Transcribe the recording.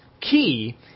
key